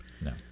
No